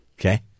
Okay